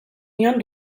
nion